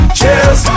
Cheers